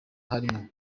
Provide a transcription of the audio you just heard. harimo